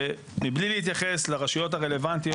ומבלי להתייחס לרשויות הרלוונטיות,